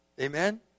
Amen